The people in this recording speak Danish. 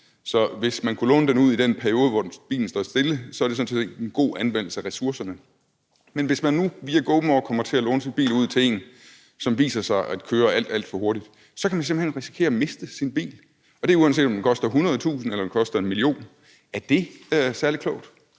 så hvis man kunne låne den ud i den periode, så er det sådan set en god anvendelse af ressourcerne. Men hvis man nu via GoMore kommer til at låne sin bil ud til en, som viser sig at køre alt, alt for hurtigt, så kan man simpelt hen risikere at miste sin bil – uanset om den koster 100.000 kr. eller 1 mio. kr. Er det særlig klogt?